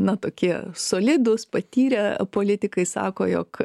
na tokie solidūs patyrę politikai sako jog